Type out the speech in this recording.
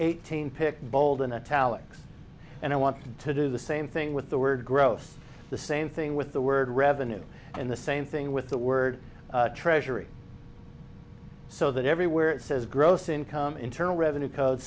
eighteen pick bold and a talent and i want to do the same thing with the word growth the same thing with the word revenue and the same thing with the word treasury so that everywhere it says gross income internal revenue code